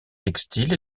textile